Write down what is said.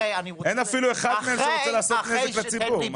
אין אפילו אחד מהם שרוצה לגרום נזק לציבור.